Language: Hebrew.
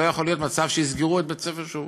לא יכול להיות מצב שיסגרו את בית-הספר "שובו".